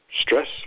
stress